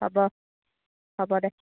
হ'ব হ'ব দে